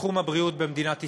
בתחום הבריאות במדינת ישראל.